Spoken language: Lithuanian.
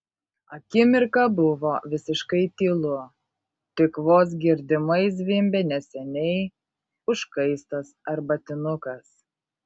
akimirką buvo visiškai tylu tik vos girdimai zvimbė neseniai užkaistas arbatinukas